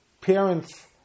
parents